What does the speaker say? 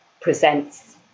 presents